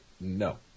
No